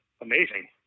amazing